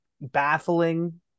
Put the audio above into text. baffling